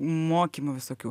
mokymų visokių